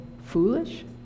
foolish